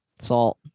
Salt